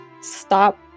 stop